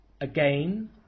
Again